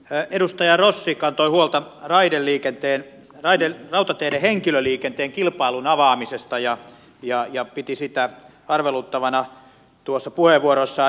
edustaja rossi kantoi huolta rautateiden henkilöliikenteen kilpailun avaamisesta ja piti sitä arveluttavana tuossa puheenvuorossaan